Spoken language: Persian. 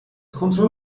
کنترل